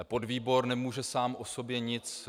Podvýbor nemůže sám o sobě nic.